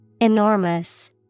Enormous